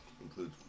include